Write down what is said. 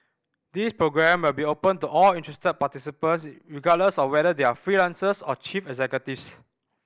this programme will be open to all interested participants regardless of whether they are freelancers or chief executives